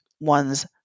one's